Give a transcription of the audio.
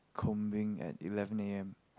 coming at eleven A_M